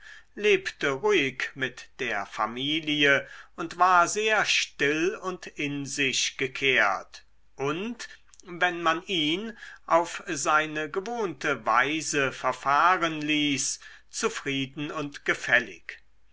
lebte ruhig mit der familie und war sehr still und in sich gekehrt und wenn man ihn auf seine gewohnte weise verfahren ließ zufrieden und gefällig